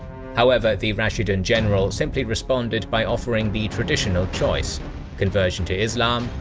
however, the rashidun general simply responded by offering the traditional choice conversion to islam,